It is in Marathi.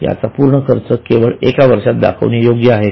याचा पूर्ण खर्च केवळ एक वर्षात दाखवणे योग्य आहे का